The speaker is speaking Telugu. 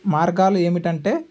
మార్గాలు ఏమిటంటే